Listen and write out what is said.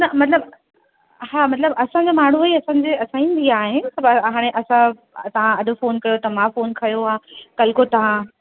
न मतिलब हा मतिलब असांजो माण्हू ई सम्झि असांजी आहिनि पर हाणे असां तव्हां अॼु फ़ोन कयो त मां फ़ोन खयो आहे कल्ह को तव्हां